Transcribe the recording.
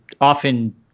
often